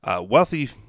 Wealthy